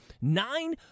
Nine